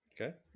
Okay